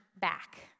back